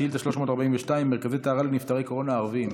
שאילתה 342: מרכזי טהרה לנפטרי קורונה ערבים.